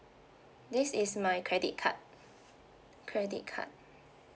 this is my credit card credit card